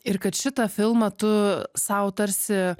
ir kad šitą filmą tu sau tarsi